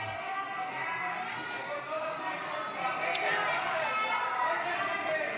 ההצעה להעביר לוועדה את הצעת חוק שירות ביטחון (תיקון,